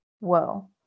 Whoa